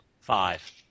Five